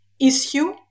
issue